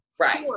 Right